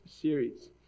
series